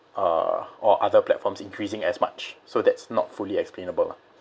uh or other platforms increasing as much so that's not fully explainable